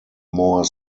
more